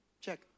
Check